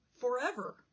forever